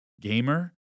gamer